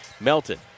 Melton